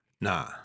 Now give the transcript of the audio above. Nah